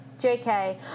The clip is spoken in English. JK